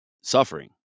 suffering